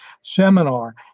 seminar